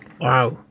Wow